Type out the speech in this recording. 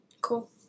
Cool